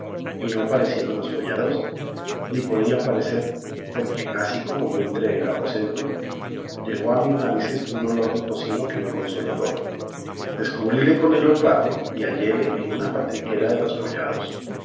y no parecieron los follados ni podían parecer porque así como yo entré en el aposento llegó a mis narices un olor de tocino que me consoló todo descubríle con el olfato y halléle en una faldriquera de los follados